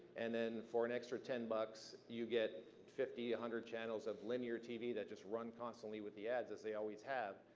and then for an extra ten bucks, you get fifty, one hundred channels of linear tv that just run constantly with the ads as they always have.